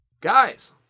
Guys